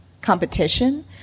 competition